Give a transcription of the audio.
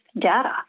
data